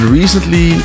recently